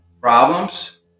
problems